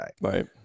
Right